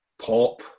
pop